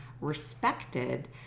respected